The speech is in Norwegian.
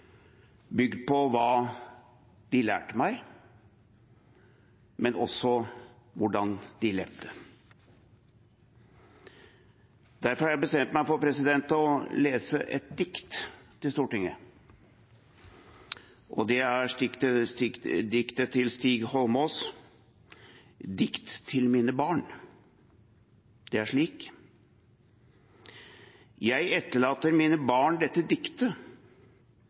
bygd på hva de lærte meg, men også på hvordan de levde. Derfor har jeg bestemt meg for å lese et dikt til Stortinget, og det er diktet Dikt til mine barn, av Stig Holmås: «Jeg etterlater mine barn dette diktet